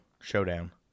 showdown